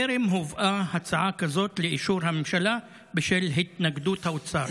טרם הובאה הצעה כזאת לאישור הממשלה בשל התנגדות האוצר.